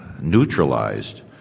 neutralized